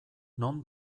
non